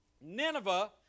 Nineveh